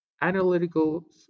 Analytical